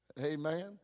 Amen